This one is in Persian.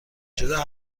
جوره